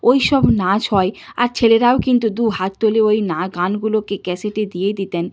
ওই সব নাচ হয় আর ছেলেরাও কিন্তু দু হাত তুলে ওই না গানগুলোকে ক্যাসেটে দিয়ে দিতেন